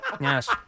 Yes